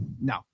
No